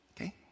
Okay